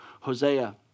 Hosea